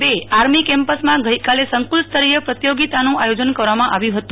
ર આર્મી કેમ્પસમા ગઈકાલે સંકુલ સ્તરીય પ્રતિયોગીતાનું આયોજન કરવામાં આવ્યું હત